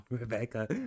Rebecca